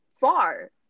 far